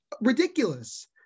ridiculous